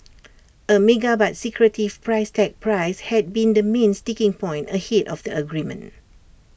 A mega but secretive price tag price had been the main sticking point ahead of the agreement